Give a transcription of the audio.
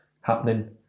happening